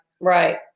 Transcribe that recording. Right